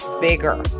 bigger